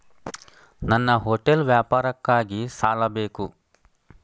ನನ್ನ ಹೋಟೆಲ್ ವ್ಯಾಪಾರಕ್ಕಾಗಿ ಸಾಲ ಬೇಕು